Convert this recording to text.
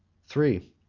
three.